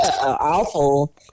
awful